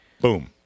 boom